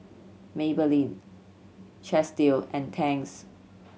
Maybelline Chesdale and Tangs